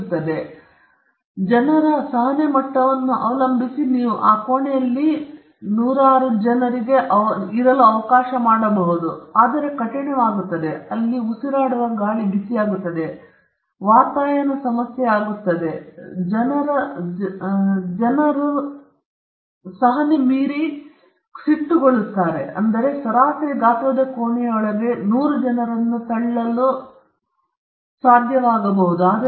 ಈಗ ಅತ್ಯುತ್ತಮ ಮತ್ತು ಜನರ ಸಹನೆ ಮಟ್ಟವನ್ನು ಅವಲಂಬಿಸಿ ನೀವು ಆ ಕೋಣೆಯಲ್ಲಿ ನೂರಾರು ಜನರಿಗೆ ದಮನ ಮಾಡಬಹುದು ಹೌದು ಇದು ಕಠಿಣವಾಗುತ್ತದೆ ಗಾಳಿಯು ಬಿಸಿಯಾಗಿರುತ್ತದೆ ವಾತಾಯನ ಸಮಸ್ಯೆ ಆಗುತ್ತದೆ ಆದರೆ ಜನರ ಸಹಿಷ್ಣುತೆಯ ಮಿತಿಯು ಹೆಚ್ಚಾಗಿದ್ದರೂ ನೀವು ಸರಾಸರಿ ಗಾತ್ರದ ಕೋಣೆಯೊಳಗೆ ನೂರು ಜನರನ್ನು ತಳ್ಳಲು ಸಾಧ್ಯವಾಗುತ್ತದೆ